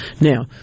Now